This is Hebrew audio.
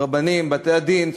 רבנים בבתי-הדין,